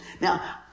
Now